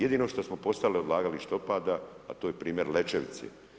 Jedino što smo postali odlagalište otpada, a to je primjer Lečevice.